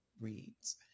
reads